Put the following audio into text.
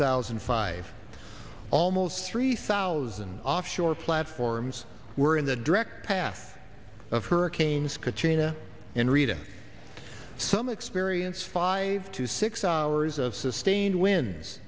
thousand and five almost three thousand offshore platforms were in the direct path of hurricanes katrina and rita some experience five to six hours of sustained win